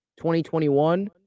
2021